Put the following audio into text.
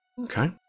Okay